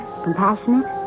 compassionate